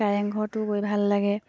কাৰেংঘৰটো গৈ ভাল লাগে